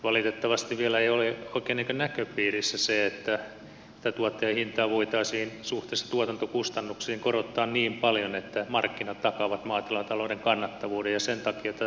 valitettavasti vielä ei ole oikein näköpiirissä se että tuottajahintaa voitaisiin suhteessa tuotantokustannuksiin korottaa niin paljon että markkinat takaavat maatilatalouden kannattavuuden ja sen takia tätä tukipolitiikkaa tarvitaan